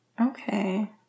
Okay